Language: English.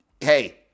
hey